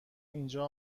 اینجا